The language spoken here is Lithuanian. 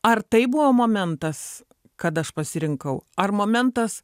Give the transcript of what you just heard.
ar tai buvo momentas kad aš pasirinkau ar momentas